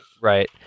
right